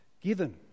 given